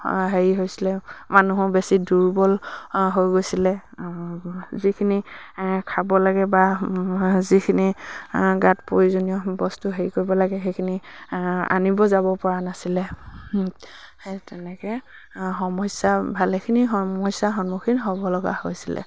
হেৰি হৈছিলে মানুহো বেছি দুৰ্বল হৈ গৈছিলে যিখিনি খাব লাগে বা যিখিনি গাত প্ৰয়োজনীয় বস্তু হেৰি কৰিব লাগে সেইখিনি আনিব যাব পৰা নাছিলে সেই তেনেকে সমস্যা ভালেখিনি সমস্যাৰ সন্মুখীন হ'ব লগা হৈছিলে